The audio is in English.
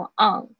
on